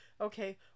Okay